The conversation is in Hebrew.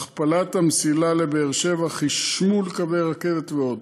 הכפלת מסילה לבאר-שבע, חשמול קווי רכבת ועוד,